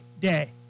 day